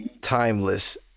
timeless